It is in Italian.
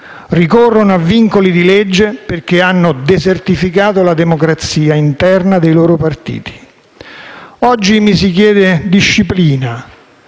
Ricorrono a vincoli di legge perché hanno desertificato la democrazia interna dei loro partiti. Oggi mi si chiede disciplina.